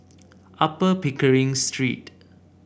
Upper Pickering Street